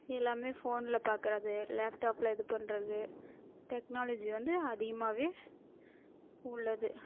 எல்லாமே ஃபோனில் பார்க்கறது லேப்டாப்பில் இது பண்ணுறது டெக்னாலஜி வந்து அதிகமாவே உள்ளது